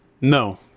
No